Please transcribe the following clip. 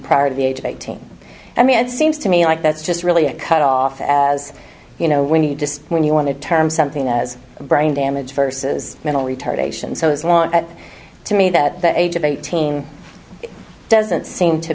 prior to the age of eighteen i mean it seems to me like that's just really a cut off as you know when you just when you want to term something as brain damage vs mental retardation so as want that to me that the age of eighteen doesn't seem to